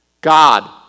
God